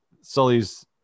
sully's